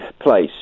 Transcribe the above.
place